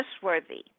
trustworthy